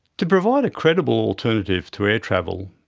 to provide a credible alternative to air travel,